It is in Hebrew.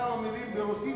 כמה מלים ברוסית,